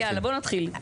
אז יאללה, בואו נתחיל.